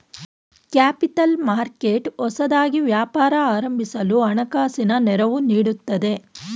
capital market ಹೊಸದಾಗಿ ವ್ಯಾಪಾರ ಪ್ರಾರಂಭಿಸಲು ಹಣಕಾಸಿನ ನೆರವು ನೀಡುತ್ತದೆ